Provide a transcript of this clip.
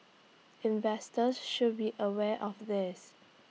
investors should be aware of this